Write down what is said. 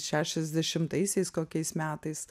šešiasdešimtaisiais kokiais metais